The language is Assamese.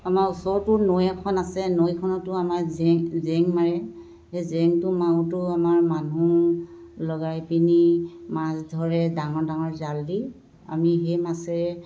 আমাৰ ওচৰৰতো নৈ এখন আছে নৈখনতো আমাৰ জেং জেং মাৰে সেই জেংটো মাৰতেও আমাৰ মানুহ লগাই পিনি মাছ ধৰে ডাঙৰ ডাঙৰ জাল দি আমি সেই মাছেৰে